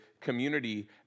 community